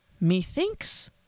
Methinks